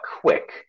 quick